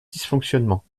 dysfonctionnements